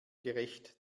gerecht